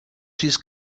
his